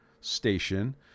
station